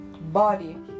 body